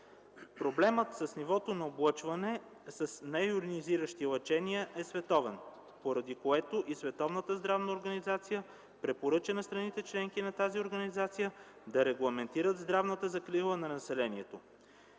Проблемът с нивото на облъчване с нейонизиращи лъчения е световен, поради което и Световната здравна организация препоръча на страните – членки на тази организация, да регламентират здравната закрила на населението.